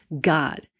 God